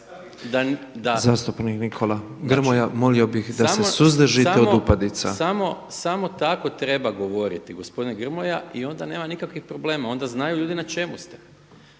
Zastupnik Nikola Grmoja molio bih da se suzdržite od upadica/… **Maras, Gordan (SDP)** Samo tako treba govoriti gospodine Grmoja i onda nema nikakvih problema. Ona znaju ljudi na čemu ste